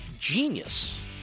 genius